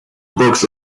books